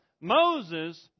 Moses